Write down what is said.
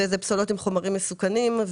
זאת פסולת עם חומרים מסוכנים.